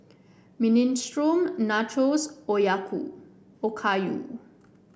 Minestrone Nachos Oyaku Okayu